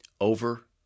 over